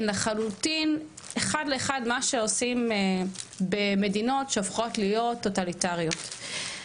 הן לחלוטין אחד לאחד מה שעושים במדינות שהופכות להיות טוטליטריות.